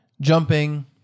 jumping